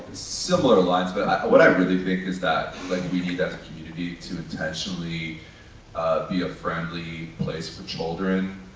similar lines, but what i really think is that like we need as a community to intentionally be a friendly place for children.